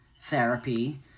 therapy